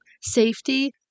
safety